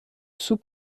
sous